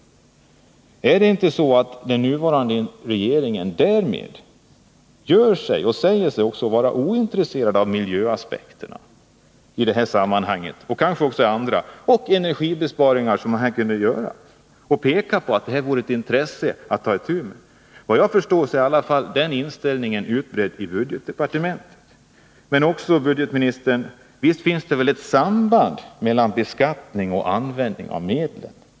Därmed visar sig den nuvarande regeringen i detta sammanhang ointresserad av miljöaspekterna och de energibesparingar som kunde göras. Man kunde annars ha visat på att man har ett intresse av att ta itu med det här. Såvitt jag förstår är den ointresserade inställningen utbredd i varje fall i budgetdepartementet. Men, budgetministern, visst finns det väl ett samband mellan beskattning och användning av medlen?